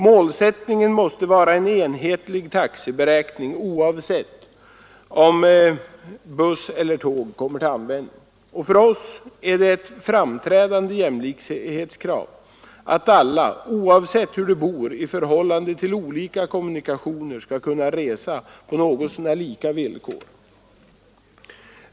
Målsättningen måste vara en enhetlig taxeberäkning, oavsett om buss eller tåg kommer till användning. Och för oss är det ett framträdande jämlikhetskrav att alla, oavsett hur de bor i förhållande till olika kommunikationer, skall kunna resa på något så när lika villkor.